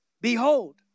Behold